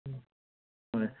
ꯎꯝ ꯍꯣꯏ